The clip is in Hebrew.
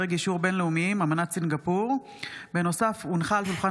הכנסת אלינור ימין: 3 חברות וחברי הכנסת,